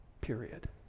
period